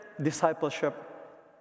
discipleship